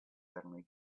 suddenly